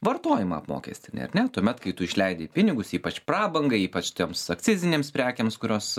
vartojimą apmokestini ar ne tuomet kai tu išleidi pinigus ypač prabangai ypač tiems akcizinėms prekėms kurios